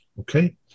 okay